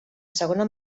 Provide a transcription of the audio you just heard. segona